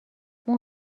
اون